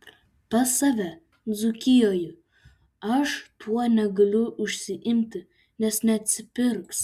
pas save dzūkijoje aš tuo negaliu užsiimti nes neatsipirks